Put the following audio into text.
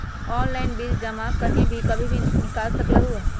Online bill जमा कहीं भी कभी भी बिल निकाल सकलहु ह?